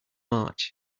march